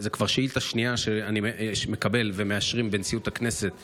זו כבר שאילתה שנייה שאני מקבל ומאשרים בנשיאות הכנסת לשר,